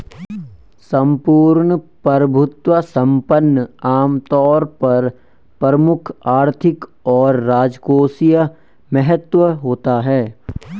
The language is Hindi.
सम्पूर्ण प्रभुत्व संपन्न आमतौर पर प्रमुख आर्थिक और राजकोषीय महत्व का होता है